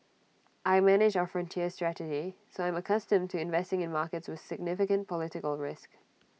I manage our frontier strategy so I'm accustomed to investing in markets with significant political risk